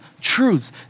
truths